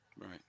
Right